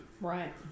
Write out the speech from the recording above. Right